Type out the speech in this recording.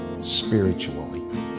spiritually